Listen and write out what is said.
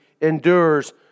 endures